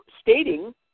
stating